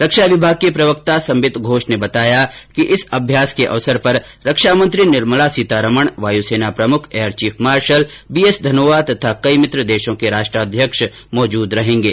रक्षा विभाग के प्रवक्ता संबित घोष ने बताया कि इस अभ्यास के अवसर पर रक्षा मंत्री निर्मला सीतारमण वायु सेना प्रमुख air chief marshal B S Dhanoa तथा कई मित्र देशों के राष्ट्र अध्यक्ष मौजूद रहेंगे